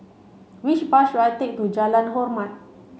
which bus should I take to Jalan Hormat